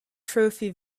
trophy